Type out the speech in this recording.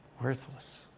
worthless